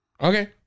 Okay